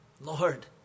Lord